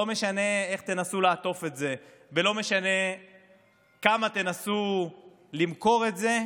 לא משנה איך תנסו לעטוף את זה ולא משנה כמה תנסו למכור את זה,